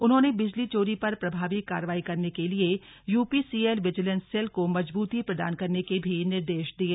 उन्होंने बिजली चोरी पर प्रभावी कार्रवाई करने के लिये यूपीसीएल विजिलेंस सेल को मजबूती प्रदान करने के भी निर्देश दिये